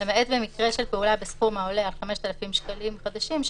למעט במקרה של פעולה בסכום העולה על 5,000 שקלים חדשים,